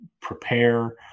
prepare